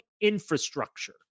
infrastructure